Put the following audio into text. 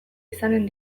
izanen